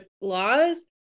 laws